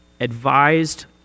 advised